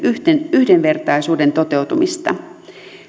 yhdenvertaisuuden toteutumista